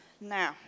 Now